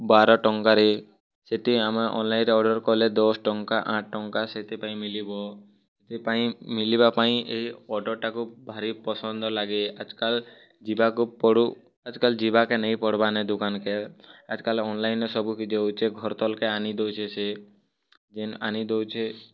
ବାର ଟଙ୍କାରେ ସେଇଠି ଆମେ ଅନ୍ଲାଇନ୍ରେ ଅର୍ଡ଼ର୍ରେ କଲେ ଦଶ୍ ଟଙ୍କା ଆଠ୍ ଟଙ୍କା ସେଥିପାଇଁ ମିଲିବ ସେଥିପାଇଁ ମିଲିବା ପାଇଁ ଏ ଅର୍ଡ଼ର୍ଟାକୁ ଭାରି ପସନ୍ଦ ଲାଗେ ଆଜ୍ କାଲ୍ ଯିବାକୁ ପଡ଼ୁ ଆଜି କାଲ୍ ଯିବାକେ ନେଇ ପଡ଼ବାନ୍ ମାନେ ଦୋକାନ୍କେ ଆଜ୍ କାଲ୍ ଅନ୍ଲାଇନ୍ରେ ସବୁକେ ଦଉଛେ ଘର୍ ତକ୍ ଆନି ଦଉଛି ସେ ଯେନ୍ ଆନି ଦଉଛେ